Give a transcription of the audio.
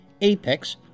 Apex